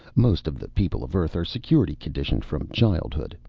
most of the people of earth are security-conditioned from childhood.